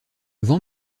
vent